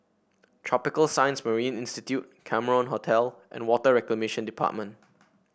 Tropical Science Marine Institute Cameron Hotel and Water Reclamation Department